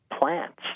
plants